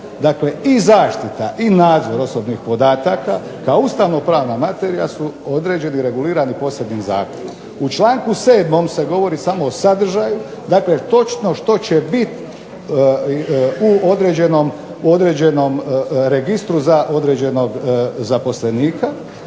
Dakle, i zaštita i nadzor osobnih podataka kao ustavno-pravna materija su određeni i regulirani posebnim zakonom. U članku 7. se govori samo o sadržaju, dakle točno što će biti u određenom registru za određenog zaposlenika.